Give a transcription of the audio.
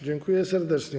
Dziękuję serdecznie.